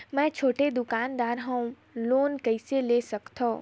मे छोटे दुकानदार हवं लोन कइसे ले सकथव?